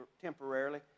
temporarily